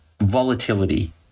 Volatility